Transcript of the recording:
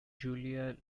julia